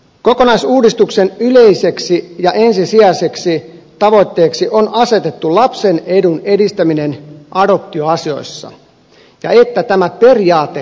kokonaisuudistuksen yleiseksi ja ensisijaiseksi tavoitteeksi on asetettu lapsen edun edistäminen adoptioasioissa ja että tämä periaate kirjataan lakiin